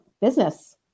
business